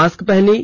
mask पहनें